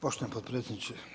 Poštovani potpredsjedniče.